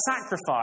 sacrifice